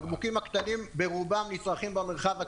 הבקבוקים הקטנים ברובם נצרכים במרחב הציבורי,